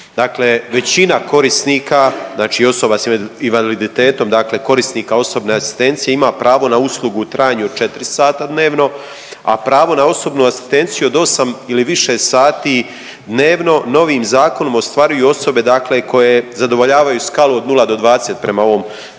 Dakle, većina korisnika znači osoba s invaliditetom, dakle korisnika osobne asistencije ima pravo na uslugu u trajanju od 4 sata dnevno, a pravo na osobnu asistenciju od 8 ili više sati dnevno novim zakonom ostvaruju osobe dakle koje zadovoljavaju skalu od 0 do 20 prema ovom